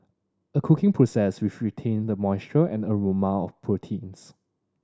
a cooking process which retain the moisture and aroma of proteins